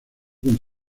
con